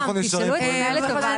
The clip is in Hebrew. תשאלו את כולם בוועדה.